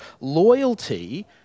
loyalty